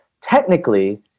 technically